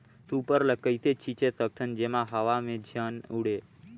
Super ल कइसे छीचे सकथन जेमा हवा मे झन उड़े?